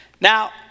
Now